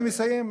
אני מסיים.